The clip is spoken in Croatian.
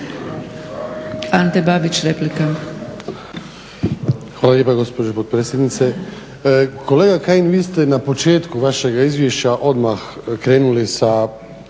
Ante Babić, replika.